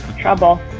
trouble